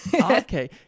Okay